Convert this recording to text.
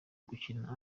gukina